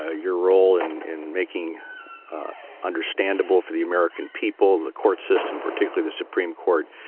ah your role in in making understandable for the american people and the court system, particularly the supreme court,